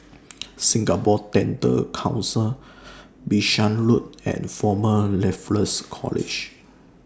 Singapore Dental Council Bishan Road and Former Raffles College